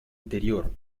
interior